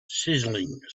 sizzling